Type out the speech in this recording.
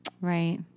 Right